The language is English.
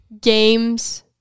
games